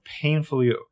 painfully